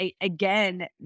again